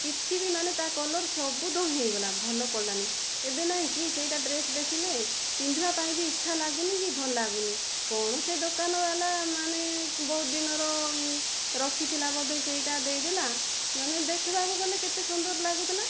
କିଛି ବି ମାନେ ତା କଲର୍ ସବୁ ଧୋଇହୋଇଗଲା ଭଲ ପଡ଼ିଲାଣି ଏବେ ନାହିଁକି ସେହି ଡ୍ରେସ ଦେଖିଲେ ପିନ୍ଧିବା ପାଇଁ ବି ଇଛାଲାଗୁନି କି ଭଲ ଲାଗୁନି କ'ଣ ସେ ଦୋକାନଵାଲା ମାନେ ବହୁତ ଦିନର ରଖିଥିଲା ବୋଧେ ସେହିଟା ଦେଇଦେଲା ମାନେ ଦେଖିବାକୁ ଗଲେ କେତେ ସୁନ୍ଦର ଲାଗୁଥିଲା